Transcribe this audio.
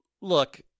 Look